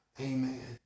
Amen